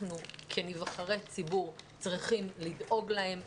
אנחנו כנבחרי ציבור צריכים לדאוג להם.